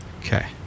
Okay